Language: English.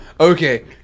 Okay